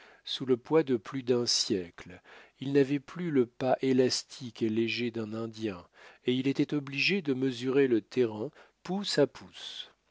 sous le poids de plus d'un siècle il n'avait plus le pas élastique et léger d'un indien et il était obligé de mesurer le terrain pouce à pouce